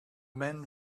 men